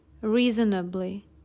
reasonably